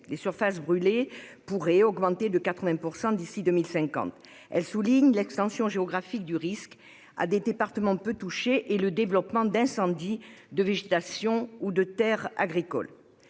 Les surfaces brûlées pourraient augmenter de 80 % d'ici à 2050. Ces conclusions soulignent l'extension géographique du risque à des départements peu touchés et le développement d'incendies de végétation ou de terres agricoles.